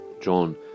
John